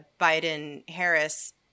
Biden-Harris